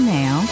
now